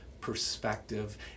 perspective